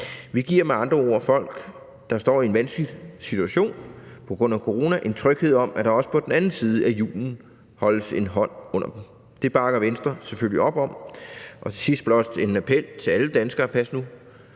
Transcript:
Vi giver med andre ord folk, der står i en vanskelig situation på grund af corona, en tryghed om, at der også på den anden side af julen holdes en hånd under dem. Det bakker Venstre selvfølgelig op om. Til sidst skal der blot lyde en appel til alle danskere: Pas nu